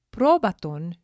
Probaton